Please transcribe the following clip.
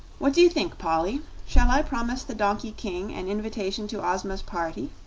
what do you think, polly? shall i promise the donkey king an invitation to ozma's party?